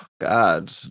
God